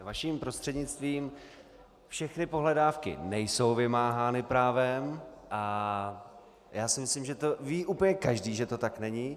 Vaším prostřednictvím všechny pohledávky nejsou vymáhány právem a já si myslím, že to ví úplně každý, že to tak není.